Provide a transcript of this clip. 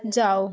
جاؤ